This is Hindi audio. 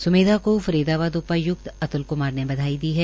स्मेधा को फरीदाबाद उपाय्क्त अत्ल क्मार ने बधाई दी है